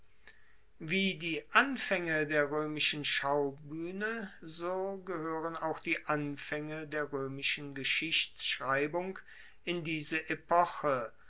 wie die anfaenge der roemischen schaubuehne so gehoeren auch die anfaenge der roemischen geschichtschreibung in diese epoche